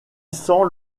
sent